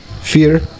Fear